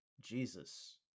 Jesus